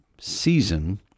season